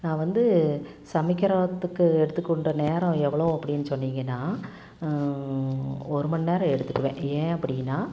நான் வந்து சமைக்கிறத்துக்கு எடுத்துக்கொண்ட நேரம் எவ்வளோ அப்படின்னு சொன்னிங்கன்னால் ஒரு மணிநேரம் எடுத்துக்குவேன் ஏன் அப்படின்னா